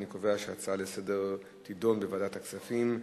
אני קובע שההצעה לסדר-היום תידון בוועדת הכספים.